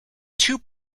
two